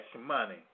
money